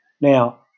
Now